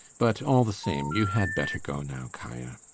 but all the same, you had better go now, kaia.